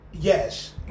Yes